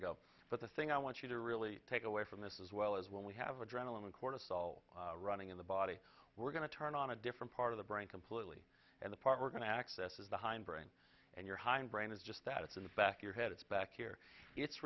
ago but the thing i want you to really take away from this as well as when we have adrenaline cortisol running in the body we're going to turn on a different part of the brain completely and the part we're going to access is the hind brain and your hind brain is just that it's in the back your head it's back here it's